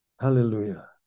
Hallelujah